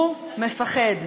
הוא מפחד.